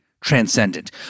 transcendent